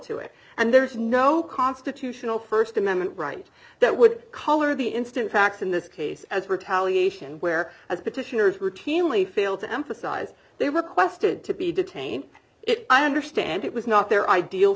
to it and there's no constitutional st amendment right that would color the instant facts in this case as retaliate where as petitioners routinely fail to emphasize they requested to be detained it i understand it was not their ideal